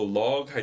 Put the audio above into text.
log